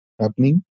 happening